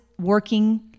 working